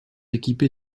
équipé